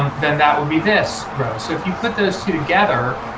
um then that would be this row. so if you put those two together,